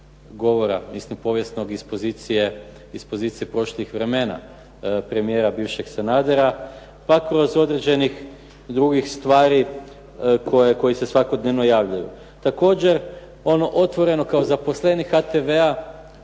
povijesnog iz pozicije prošlih vremena premijera bivšeg Sanadera, pa kroz određenih drugih stvari koje se svakodnevno javljaju. Također ono otvoreno kao zaposlenik HTV-a